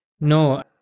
No